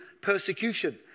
persecution